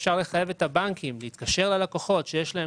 אפשר לחייב את הבנקים להתקשר ללקוחות שיש להם